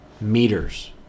meters